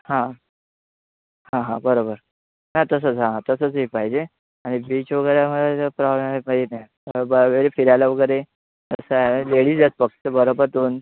हां हां हां बरोबर नाही तसंच हां तसंच हे पाहिजे आणि बीच वगैरे बरे फिरायला वगैरे कसं आहे लेडीज आहेत फक्त बरोबर दोन